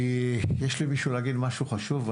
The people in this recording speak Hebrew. יש למישהו משהו חשוב להגיד?